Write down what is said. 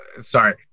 sorry